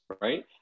right